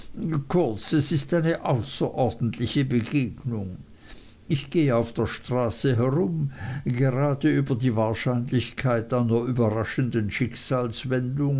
kurz es ist eine außerordentliche begegnung ich gehe auf der straße herum gerade über die wahrscheinlichkeit einer überraschenden